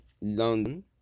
London